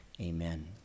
Amen